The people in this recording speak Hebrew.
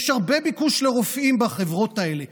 יש הרבה ביקוש לרופאים בחברות האלה,